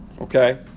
Okay